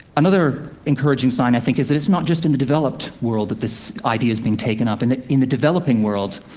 another encouraging sign, i think, is that it's not just in the developed world that this idea's been taken up. in the in the developing world,